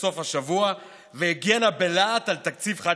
בסוף השבוע והגנה בלהט על תקציב חד-שנתי.